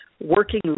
working